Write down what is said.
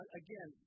again